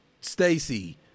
Stacy